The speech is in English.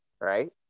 right